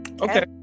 okay